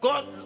God